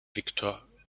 victor